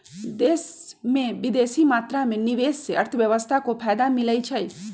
देश में बेशी मात्रा में निवेश से अर्थव्यवस्था को फयदा मिलइ छइ